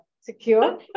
secure